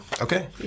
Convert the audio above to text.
Okay